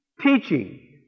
teaching